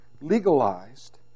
legalized